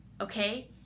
okay